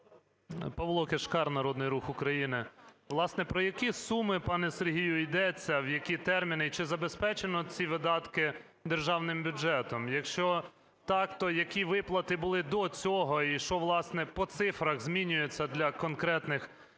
Павло Кишкар, "Народний рух України". Власне, про які суми, пане Сергію, йдеться, в які терміни і чи забезпечено ці видатки державним бюджетом? Якщо так, то які виплати були до цього і що, власне, по цифрах змінюється для конкретних